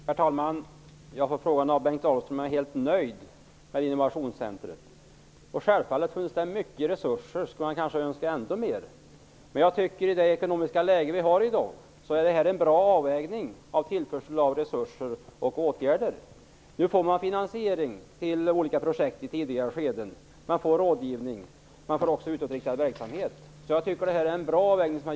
Herr talman! Bengt Dalström frågade om jag är helt nöjd med innovationscentret. Även om det finns mycket resurser skulle man självfallet önska ändå mer. Men med tanke på dagens ekonomiska läge är det en bra avvägning av tillförsel av resurser och åtgärder. Nu får man finansiering av olika projekt i tidigare skeden. Man får rådgivning och utåtriktad verksamhet. Jag tycker att det är en bra avvägning.